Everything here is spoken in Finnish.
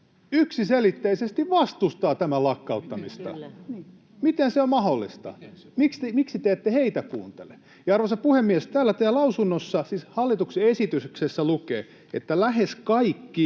yksiselitteisesti vastustaa tämän lakkauttamista? Miten se on mahdollista? Miksi te ette heitä kuuntele? Arvoisa puhemies! Täällä teidän hallituksen esityksessä lukee: ”Lähes kaikki